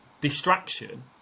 distraction